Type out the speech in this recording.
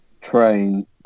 train